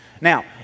Now